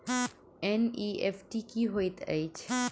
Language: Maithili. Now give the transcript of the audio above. एन.ई.एफ.टी की होइत अछि?